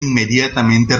inmediatamente